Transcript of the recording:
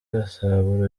gasabo